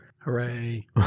Hooray